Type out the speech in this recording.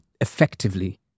effectively